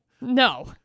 No